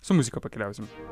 su muzika pakeliausim